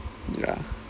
ya